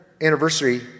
anniversary